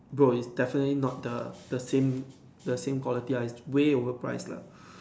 bro it's definitely not the the same the same quality ah it's way overpriced lah